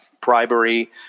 bribery